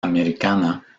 americana